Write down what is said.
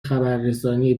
خبررسانی